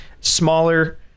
smaller